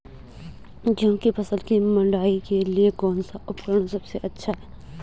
गेहूँ की फसल की मड़ाई के लिए कौन सा उपकरण सबसे अच्छा है?